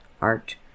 Art